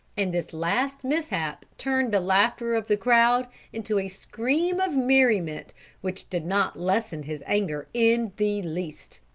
and this last mishap turned the laughter of the crowd into a scream of merriment which did not lessen his anger in the least.